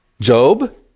Job